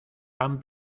han